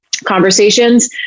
conversations